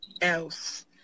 else